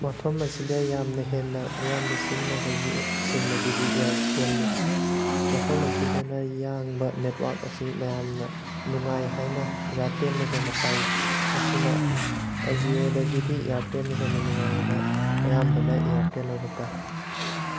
ꯃꯐꯝ ꯑꯁꯤꯗ ꯌꯥꯝꯅ ꯍꯦꯟꯅ ꯃꯤꯌꯥꯝꯅ ꯁꯤꯖꯤꯟꯅꯕ ꯖꯤꯑꯦꯞ ꯁꯤꯝ ꯑꯗꯨꯗꯤ ꯏꯌꯥꯔꯇꯦꯜꯅꯤ ꯃꯐꯝ ꯑꯁꯤꯗꯅ ꯌꯥꯡꯕ ꯅꯦꯠꯋꯥꯛ ꯑꯁꯤ ꯃꯌꯥꯝꯅ ꯅꯨꯡꯉꯥꯏ ꯍꯥꯏꯅ ꯏꯌꯥꯔꯇꯦꯜꯅ ꯍꯦꯟꯅ ꯄꯥꯏ ꯃꯁꯤꯅ ꯖꯤꯌꯣꯗꯒꯤꯗꯤ ꯏꯌꯥꯔꯇꯦꯜꯅ ꯍꯦꯟꯅ ꯅꯨꯡꯉꯥꯏꯑꯅ ꯑꯌꯥꯝꯕꯅ ꯏꯌꯥꯔꯇꯦꯜ ꯑꯣꯏꯅ ꯄꯥꯏ